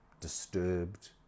disturbed